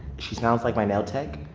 she sounds like my nail tech,